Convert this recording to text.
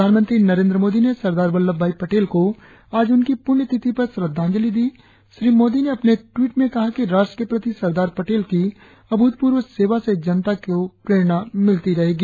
प्रधानमंत्री नरेंद्र मोदी ने सरदार वल्लभ भाई पटेल को आज उनकी पुण्यतिथि पर श्रद्धांजलि दी श्री मोदी ने अपने एक टवीट में कहा कि राष्ट्र के प्रति सरदार पटेल की अभूतपूर्व सेवा से जनता को प्रेरणा मिलती रहेगी